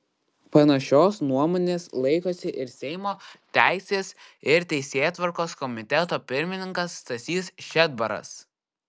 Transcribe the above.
panašios nuomonės laikosi ir seimo teisės ir teisėtvarkos komiteto pirmininkas stasys šedbaras